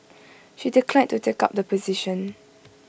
she declined to take up the position